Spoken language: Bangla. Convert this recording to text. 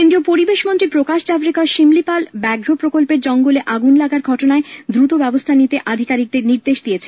কেন্দ্রীয় পরিবেশমন্ত্রী প্রকাশ জাভরেকর সিমলিপাল ব্যাঘ্র প্রকল্পের জঙ্গলে আগুন লাগার ঘটনায় দ্রুত ব্যবস্হা নিতে আধিকারিকদের নির্দেশ দিয়েছেন